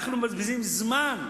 אנחנו מבזבזים זמן.